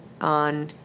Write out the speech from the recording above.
on